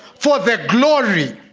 for the glories